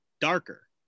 Darker